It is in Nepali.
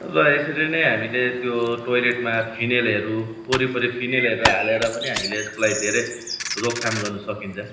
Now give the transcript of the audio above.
र यसरी नै हामीले त्यो टोइलेटमा फिनेलहरू वरिपरी फिनेलहरू हालेर पनि हामीले यसको लागि धेरै रोकथाम गर्नु सकिन्छ